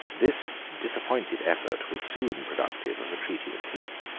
this disappointed effort was soon productive of a treaty of peace.